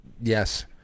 Yes